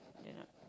yeah